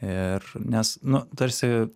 ir nes nu tarsi